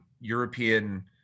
European